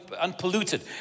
unpolluted